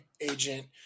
agent